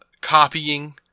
copying